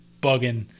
bugging